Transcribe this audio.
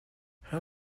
how